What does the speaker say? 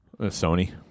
Sony